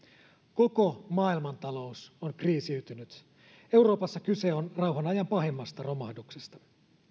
koko maailmantalous on kriisiytynyt euroopassa kyse on rauhanajan pahimmasta romahduksesta